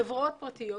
חברות פרטיות,